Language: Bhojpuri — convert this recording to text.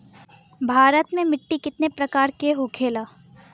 भारत में मिट्टी कितने प्रकार का होखे ला?